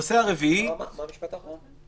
מה המשפט האחרון?